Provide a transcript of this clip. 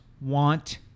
want